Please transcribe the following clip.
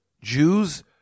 Jews